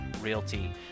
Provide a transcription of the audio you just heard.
Realty